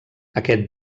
aquest